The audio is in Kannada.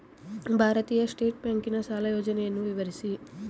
ಭಾರತೀಯ ಸ್ಟೇಟ್ ಬ್ಯಾಂಕಿನ ಸಾಲ ಯೋಜನೆಯನ್ನು ವಿವರಿಸಿ?